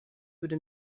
würde